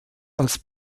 als